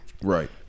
Right